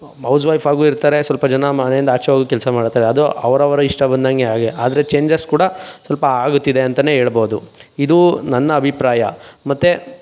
ಔಸ್ wife ಆಗೂ ಇರ್ತಾರೆ ಸ್ವಲ್ಪ ಜನ ಮನೆಯಿಂದ ಆಚೆ ಹೋಗಿ ಕೆಲಸ ಮಾಡ್ತಾರೆ ಅದು ಅವರವರ ಇಷ್ಟ ಬಂದಂತೆ ಹಾಗೆ ಆದರೆ ಚೇಂಜಸ್ ಕೂಡ ಸ್ವಲ್ಪ ಆಗುತ್ತಿದೆ ಅಂತಲೇ ಹೇಳ್ಬೋದು ಇದು ನನ್ನ ಅಭಿಪ್ರಾಯ ಮತ್ತೆ